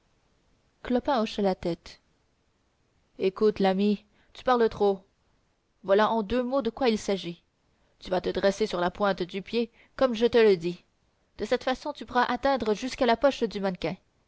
clopin hocha la tête écoute l'ami tu parles trop voilà en deux mots de quoi il s'agit tu vas te dresser sur la pointe du pied comme je te le dis de cette façon tu pourras atteindre jusqu'à la poche du mannequin